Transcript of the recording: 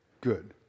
good